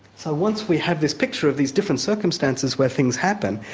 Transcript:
so once we have this picture of these different circumstances where things happen,